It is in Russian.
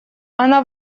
она